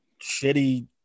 shitty